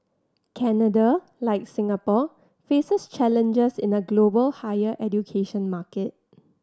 Canada like Singapore faces challenges in a global higher education market